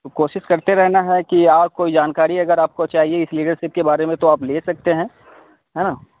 کوشش کرتے رہنا ہے کہ اور کوئی جانکاری اگر آپ کو چاہیے اس لیڈرشپ کے بارے میں تو آپ لے سکتے ہیں ہے نا